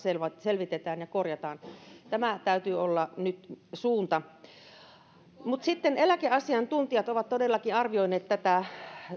selvitetään ja korjataan tämän täytyy olla nyt suunta eläkeasiantuntijat ovat todellakin arvioineet